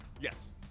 Yes